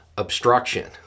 Obstruction